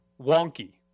Wonky